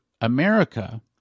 America